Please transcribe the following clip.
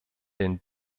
den